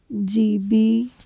G B